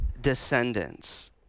descendants